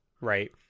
right